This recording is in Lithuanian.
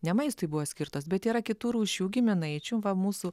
ne maistui buvo skirtos bet yra kitų rūšių giminaičių va mūsų